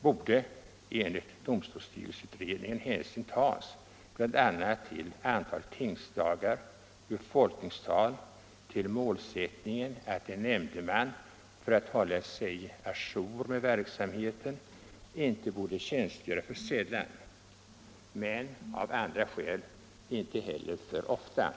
borde enligt domstolsstyrelseutredningen hänsyn tas bl.a. till antal tingsdagar och befolkningstal och till målsättningen att en nämndeman för att hålla sig å jour med verksamheten inte borde tjänstgöra för sällan men av andra skäl inte heller för ofta.